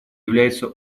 является